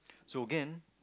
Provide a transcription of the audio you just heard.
so again